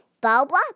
Barbara